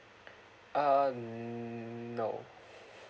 uh no